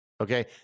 Okay